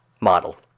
model